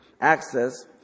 access